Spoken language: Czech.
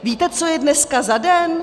Víte, co je dneska za den?